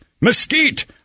mesquite